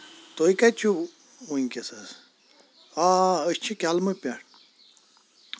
تُہۍ کَتہِ چھو وۄنۍکیٚس حظ آ آ أسۍ چھ کیٚلمہٕ پٮ۪ٹھ